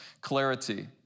clarity